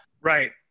Right